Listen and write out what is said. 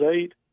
eight